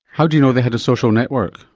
how do you know they had a social network?